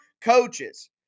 coaches